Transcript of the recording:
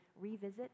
revisit